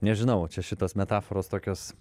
nežinau čia šitos metaforos tokios